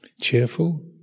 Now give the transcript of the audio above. cheerful